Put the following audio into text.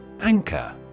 Anchor